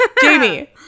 jamie